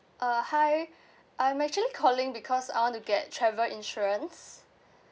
uh hi I'm actually calling because I want to get travel insurance